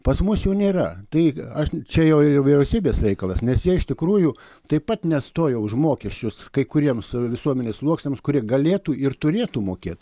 pas mus jų nėra tai aš čia jau ir vyriausybės reikalas nes jie iš tikrųjų taip pat nestojo už mokesčius kai kuriems visuomenės sluoksniams kurie galėtų ir turėtų mokėt